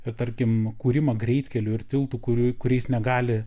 ir tarkim kūrimą greitkelių ir tiltų kurių kuriais negali